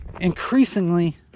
increasingly